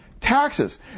Taxes